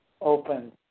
open